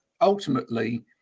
ultimately